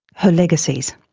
her legacies?